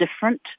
different